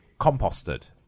composted